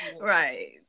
Right